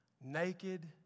naked